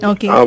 Okay